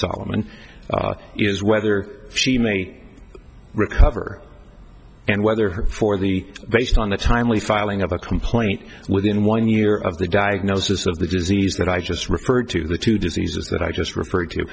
solomon is whether she may recover and whether her for the based on the timely filing of a complaint within one year of the diagnosis of the disease that i just referred to the two diseases that i just referred to